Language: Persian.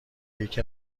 یکی